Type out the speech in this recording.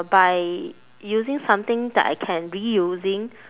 by using something that I can reusing